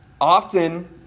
often